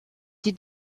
she